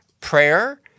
prayer